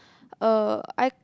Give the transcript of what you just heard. uh I